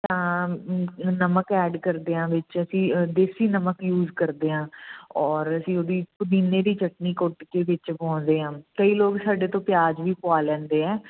ਤਾਂ ਨਮਕ ਐਡ ਕਰਦੇ ਹਾਂ ਵਿੱਚ ਅਸੀਂ ਦੇਸੀ ਨਮਕ ਯੂਜ ਕਰਦੇ ਹਾਂ ਔਰ ਅਸੀਂ ਉਹਦੀ ਪੁਦੀਨੇ ਦੀ ਚੱਟਣੀ ਕੁੱਟ ਕੇ ਵਿੱਚ ਪਾਉਂਦੇ ਹਾਂ ਕਈ ਲੋਕ ਸਾਡੇ ਤੋਂ ਪਿਆਜ਼ ਵੀ ਪੁਆ ਲੈਂਦੇ ਹੈ